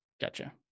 gotcha